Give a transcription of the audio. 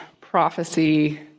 prophecy